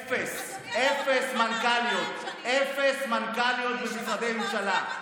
אפס מנכ"ליות, אפס מנכ"ליות במשרדי הממשלה,